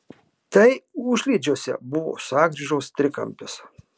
tai užliedžiuose buvo sankryžos trikampis